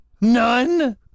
None